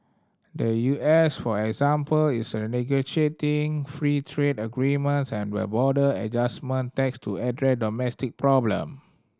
the U S for example is renegotiating free trade agreements and the border adjustment tax to address domestic problem